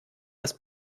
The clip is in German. das